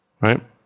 right